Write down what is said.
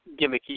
gimmicky